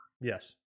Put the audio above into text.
Yes